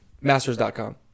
Masters.com